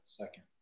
second